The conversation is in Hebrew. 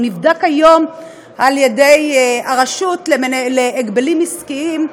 והוא נבדק היום על-ידי הרשויות להגבלים עסקיים,